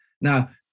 Now